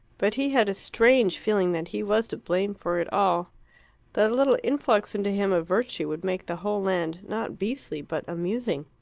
but he had a strange feeling that he was to blame for it all that a little influx into him of virtue would make the whole land not beastly but amusing.